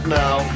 now